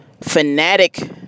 fanatic